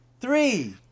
three